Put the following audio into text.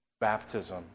baptism